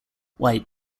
why